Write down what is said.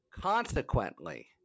Consequently